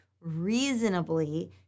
reasonably